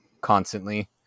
constantly